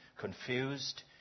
confused